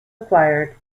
acquired